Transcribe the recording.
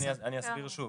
הסברתי ואני אסביר שוב,